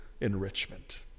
enrichment